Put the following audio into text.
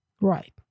Right